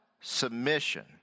submission